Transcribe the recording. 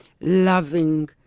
Loving